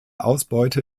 ausbeute